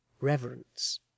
Reverence